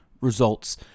results